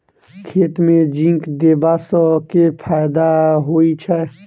खेत मे जिंक देबा सँ केँ फायदा होइ छैय?